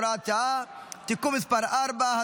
הוראת שעה) (תיקון מס' 4),